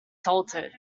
salted